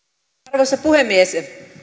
arvoisa puhemies